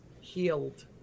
healed